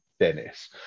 Dennis